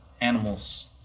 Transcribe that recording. animals